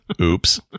Oops